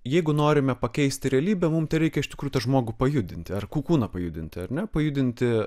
jeigu norime pakeisti realybę mum reikia iš tikrųjų tą žmogų pajudinti ar kūną pajudinti ar ne pajudinti